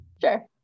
Sure